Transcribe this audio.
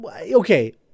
Okay